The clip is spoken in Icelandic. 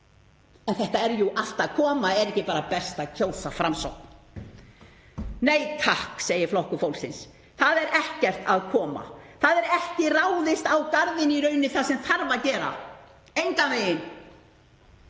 En þetta er jú allt að koma. Er ekki bara best að kjósa Framsókn? Nei, takk, segir Flokkur fólksins. Það er ekkert að koma. Það er ekki ráðist á garðinn þar sem þarf að gera það, engan veginn.